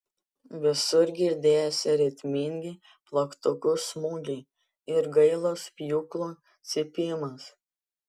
visur girdėjosi ritmingi plaktukų smūgiai ir gailus pjūklų cypimas